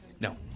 No